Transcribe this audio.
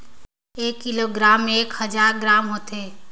एक किलोग्राम म एक हजार ग्राम होथे